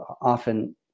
often